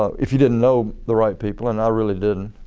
if you didn't know the right people and i really didn't.